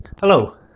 Hello